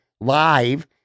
live